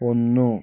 ഒന്ന്